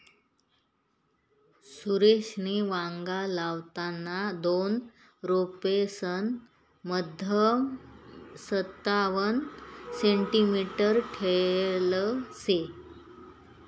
सुरेशनी वांगा लावताना दोन रोपेसना मधमा संतावण सेंटीमीटर ठेयल शे